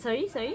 sorry sorry